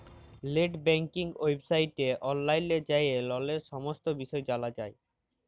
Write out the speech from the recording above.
late banking ওয়েবসাইটে অললাইল যাঁয়ে ললের সমস্ত বিষয় জালা যায়